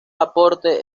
aporte